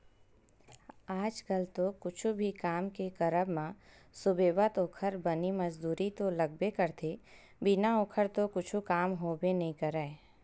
आज कल तो कुछु भी काम के करब म सुबेवत ओखर बनी मजदूरी तो लगबे करथे बिना ओखर तो कुछु काम होबे नइ करय